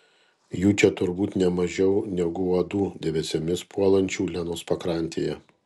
jų čia turbūt ne mažiau negu uodų debesimis puolančių lenos pakrantėje